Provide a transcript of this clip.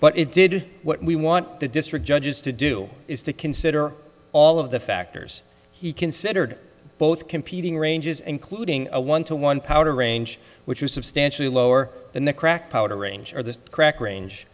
but it did what we want the district judges to do is to consider all of the factors he considered both competing ranges including a one to one power range which was substantially lower than the crack powder range or the crack range